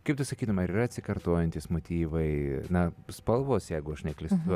kaip tu sakytum ar yra atsikartojantys motyvai na spalvos jeigu aš neklystu